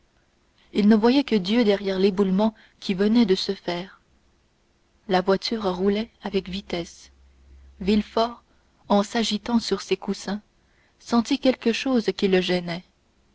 il ne voyait que dieu derrière l'éboulement qui venait de se faire la voiture roulait avec vitesse villefort en s'agitant sur ses coussins sentit quelque chose qui le gênait